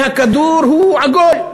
הכדור הוא עגול,